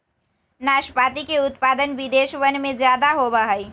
नाशपाती के उत्पादन विदेशवन में ज्यादा होवा हई